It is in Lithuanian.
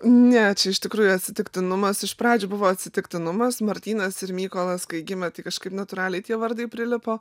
ne čia iš tikrųjų atsitiktinumas iš pradžių buvo atsitiktinumas martynas ir mykolas kai gimė tai kažkaip natūraliai tie vardai prilipo